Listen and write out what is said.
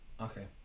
okay